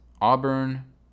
Auburn